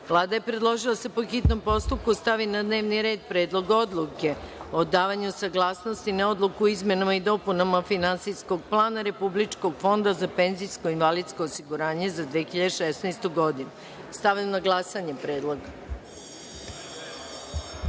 je predložila da se po hitnom postupku stavi na dnevni red Predlog odluke o davanju saglasnosti na Odluku o izmenama i dopunama finansijskog plana Republičkog fonda za penzijsko i invalidsko osiguranje za 2016. godinu. Stavljam na glasanje